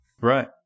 Right